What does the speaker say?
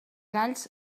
galls